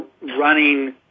running